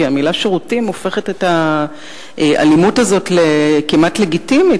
כי המלה "שירותים" הופכת את האלימות הזאת לכמעט לגיטימית,